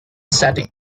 setting